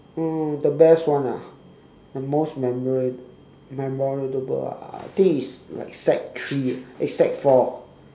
oh the best one ah the most memora~ memorable ah I think it's like sec three ah eh sec four